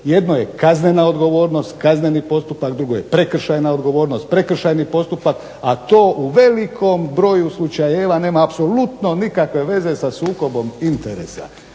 Jedno je kaznena odgovornost, kazneni postupak, drugo je prekršajna odgovornost, prekršajni postupak, a to u velikom broju slučajeva nema apsolutno nikakve veze sa sukobom interesa.